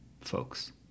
folks